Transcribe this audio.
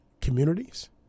communities